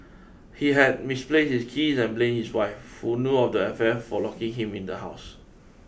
he had misplaced his keys and blamed his wife who know of the affair for locking him in the house